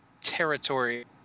territory